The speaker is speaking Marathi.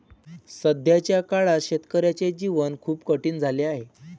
सध्याच्या काळात शेतकऱ्याचे जीवन खूप कठीण झाले आहे